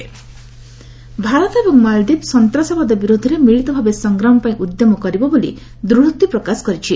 PM Male Bharat ଏବଂ ମାଳଦ୍ୱୀପ ସନ୍ତାସବାଦ ବିରୋଧରେ ମିଳିତ ଭାବେ ସଂଗ୍ରାମ ପାଇଁ ଉଦ୍ୟମ କରିବେ ବୋଲି ଦୂଡ଼ୋକ୍ତି ପ୍ରକାଶ କରିଛନ୍ତି